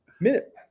Minute